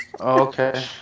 Okay